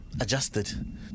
adjusted